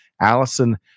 Allison